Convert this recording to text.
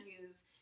use